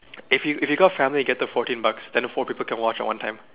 if you if you got family get the fourteen bucks then the four people can watch at one time